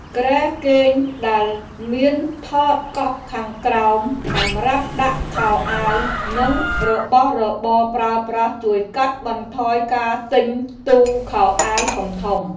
គ្រែគេងដែលមានថតកប់ខាងក្រោមសម្រាប់ដាក់ខោអាវនិងរបស់របរប្រើប្រាស់ជួយកាត់បន្ថយការទិញទូខោអាវធំៗ។